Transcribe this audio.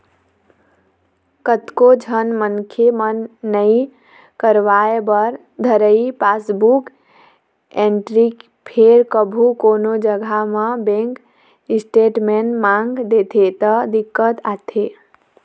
कतको झन मनखे मन नइ करवाय बर धरय पासबुक एंटरी फेर कभू कोनो जघा म बेंक स्टेटमेंट मांग देथे त दिक्कत आथे